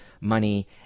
money